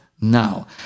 now